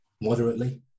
moderately